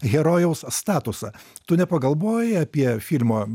herojaus statusą tu nepagalvojai apie filmo